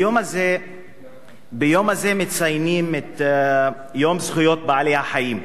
ביום הזה מציינים את יום זכויות בעלי-החיים,